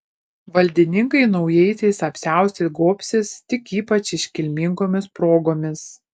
valdininkai naujaisiais apsiaustais gobsis tik ypač iškilmingomis progomis